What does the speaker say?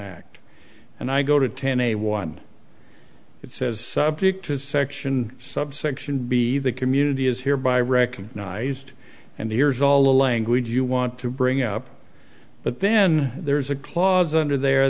act and i go to ten a one it says subject to section subsection b the community is hereby recognized and here's all the language you want to bring up but then there's a clause under the